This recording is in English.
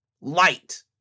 light